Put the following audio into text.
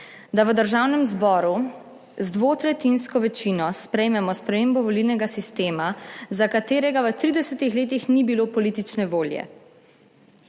da v Državnem zboru z dvotretjinsko večino sprejmemo spremembo volilnega sistema, za katerega v 30 letih ni bilo politične volje